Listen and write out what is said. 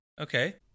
Okay